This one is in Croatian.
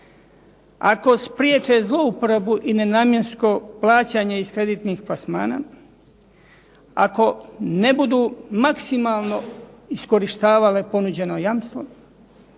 ako spriječe zlouporabu i nenamjensko plaćanje iz kreditnih plasmana, ako ne budu maksimalno iskorištavale ponuđeno jamstvo,